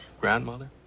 grandmother